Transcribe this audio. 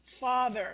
Father